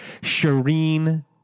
Shireen